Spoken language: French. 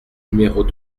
numéros